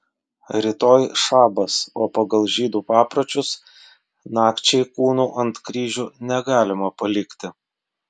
rytoj šabas o pagal žydų papročius nakčiai kūnų ant kryžių negalima palikti